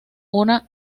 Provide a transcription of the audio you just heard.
una